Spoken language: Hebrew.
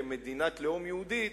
כמדינת לאום יהודית,